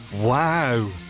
Wow